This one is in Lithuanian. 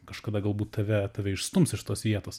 kažkada galbūt tave tave išstums iš tos vietos